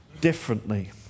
differently